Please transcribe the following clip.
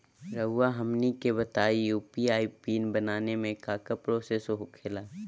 रहुआ हमनी के बताएं यू.पी.आई पिन बनाने में काका प्रोसेस हो खेला?